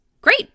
great